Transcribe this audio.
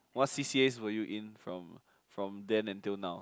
what c_c_as were you in from from then until now